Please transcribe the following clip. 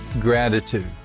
Gratitude